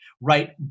right